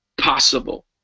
possible